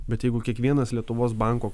bet jeigu kiekvienas lietuvos banko